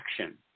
action